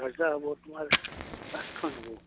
দৰজা হ'ব তোমাৰ পাঁচখন হ'ব